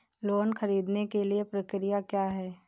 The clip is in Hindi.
लोन ख़रीदने के लिए प्रक्रिया क्या है?